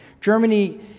Germany